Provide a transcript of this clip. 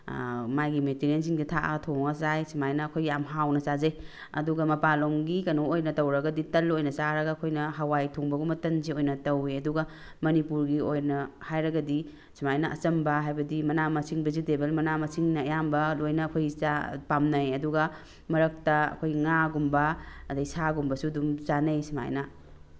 ꯃꯥꯒꯤ ꯃꯦꯇꯔꯤꯌꯦꯜꯁꯤꯡꯁꯦ ꯊꯥꯛꯑꯒ ꯊꯣꯡꯉꯒ ꯆꯥꯏ ꯁꯨꯃꯥꯏꯅ ꯑꯩꯈꯣꯏ ꯌꯥꯝ ꯍꯥꯎꯅ ꯆꯥꯖꯩ ꯑꯗꯨꯒ ꯃꯄꯥꯟꯂꯣꯝꯒꯤ ꯀꯩꯅꯣ ꯑꯣꯏꯅ ꯇꯧꯔꯒꯗꯤ ꯇꯜ ꯑꯣꯏꯅ ꯆꯥꯔꯒ ꯑꯩꯈꯣꯏꯅ ꯍꯋꯥꯏ ꯊꯣꯡꯕꯒꯨꯝꯕ ꯇꯟꯁꯦ ꯑꯣꯏꯅ ꯇꯧꯋꯦ ꯑꯗꯨꯒ ꯃꯅꯤꯄꯨꯔꯒꯤ ꯑꯣꯏꯅ ꯍꯥꯏꯔꯒꯗꯤ ꯁꯨꯃꯥꯏꯅ ꯑꯆꯝꯕ ꯍꯥꯏꯕꯗꯤ ꯃꯅꯥ ꯃꯁꯤꯡ ꯚꯦꯖꯤꯇꯦꯕꯜ ꯃꯅꯥ ꯃꯁꯤꯡꯅ ꯑꯌꯥꯝꯕ ꯂꯣꯏꯅ ꯑꯩꯈꯣꯏ ꯄꯥꯝꯅꯩ ꯑꯗꯨꯒ ꯃꯔꯛꯇ ꯑꯩꯈꯣꯏ ꯉꯥꯒꯨꯝꯕ ꯑꯗꯒꯤ ꯁꯥꯒꯨꯝꯕꯁꯨ ꯑꯗꯨꯝ ꯆꯥꯅꯩ ꯁꯨꯃꯥꯏꯅ